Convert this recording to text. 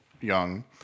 Young